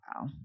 Wow